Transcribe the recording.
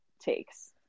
takes